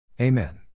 Amen